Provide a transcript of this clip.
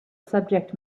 subject